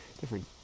different